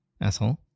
asshole